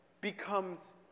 becomes